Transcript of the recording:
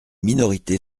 minorité